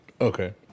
Okay